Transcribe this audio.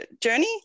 journey